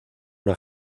una